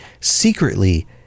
secretly